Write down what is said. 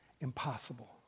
impossible